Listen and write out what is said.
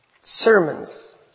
sermons